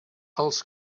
els